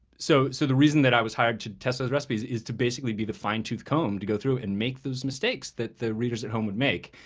so so the reason that i was hired to test those recipes is to basically be the fine-tooth comb to go through and make those mistakes that their readers at home would make.